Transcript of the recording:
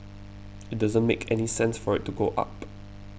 it doesn't make any sense for it to go up